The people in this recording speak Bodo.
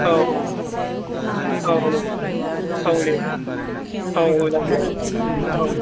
अ औ औ औ औ औ जागोन दे औ